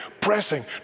pressing